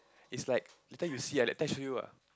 it's like later you see ah later I show you ah